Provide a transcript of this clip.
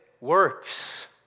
works